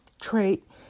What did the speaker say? trait